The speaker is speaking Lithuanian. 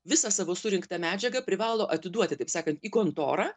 visą savo surinktą medžiagą privalo atiduoti taip sakant į kontorą